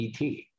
ET